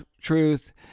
truth